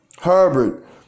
Herbert